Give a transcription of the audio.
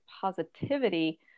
positivity